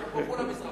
אנחנו פה כולם מזרחים.